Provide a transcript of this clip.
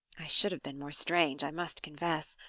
i should have been more strange, i must confess,